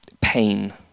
pain